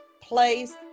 place